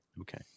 okay